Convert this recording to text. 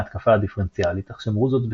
להתקפה הדיפרנציאלית אך שמרו זאת בסוד.